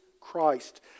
Christ